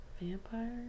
vampire